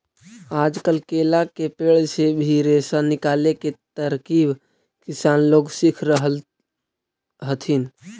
आजकल केला के पेड़ से भी रेशा निकाले के तरकीब किसान लोग सीख रहल हथिन